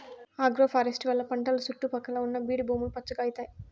agroforestry వల్ల పంటల సుట్టు పక్కల ఉన్న బీడు భూములు పచ్చగా అయితాయి